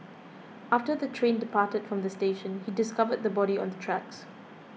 after the train departed from the station he discovered the body on the tracks